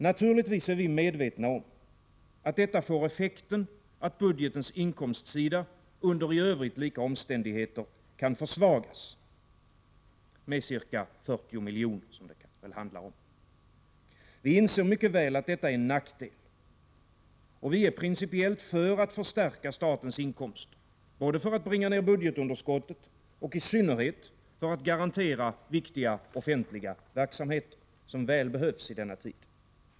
Naturligtvis är vi medvetna om att detta får effekten att budgetens inkomstsida under i övrigt lika omständigheter kan försvagas med ca 40 milj.kr., som det väl handlar om. Vi inser mycket väl att detta är en nackdel, och vi är principiellt för att förstärka statens inkomster både för att bringa ned budgetunderskottet och i synnerhet för att garantera viktiga offentliga verksamheter, som väl behövs i denna tid.